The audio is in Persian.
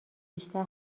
بیشتر